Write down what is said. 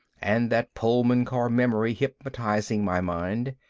and that pullman-car memory hypnotizing my mind,